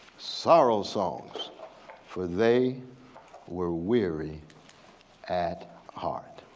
sorrow songs for they were weary at heart.